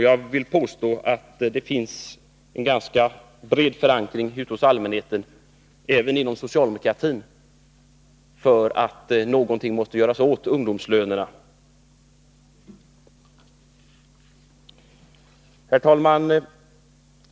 Jag vill påstå att det finns en ganska bred förankring ute hos allmänheten och även inom socialdemokratin för att någonting måste göras åt ungdomslönerna. Herr talman!